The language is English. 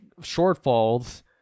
shortfalls